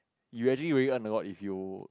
you already earn a lot if you